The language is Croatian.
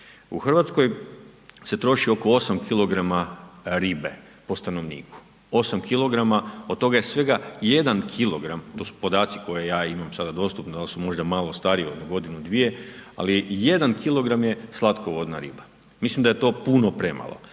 U Hrvatskoj se troši oko 8 kg ribe po stanovniku, 8 kg od toga je svega 1 kg, to su podaci koje ja imam sada dostupno ali su možda malo stariji ono godinu, dvije, ali 1 kg je slatkovodna riba. Mislim da je to puno premalo.